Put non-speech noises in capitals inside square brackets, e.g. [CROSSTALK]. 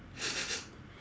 [LAUGHS]